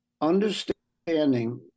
understanding